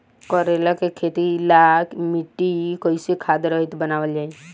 करेला के खेती ला मिट्टी कइसे खाद्य रहित बनावल जाई?